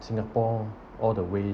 singapore all the wa~